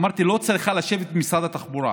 אמרתי שהיא לא צריכה לשבת במשרד התחבורה,